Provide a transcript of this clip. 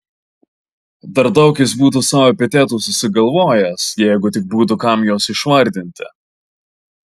dar daug jis būtų sau epitetų susigalvojęs jeigu tik būtų kam juos išvardinti